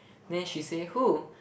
then she say who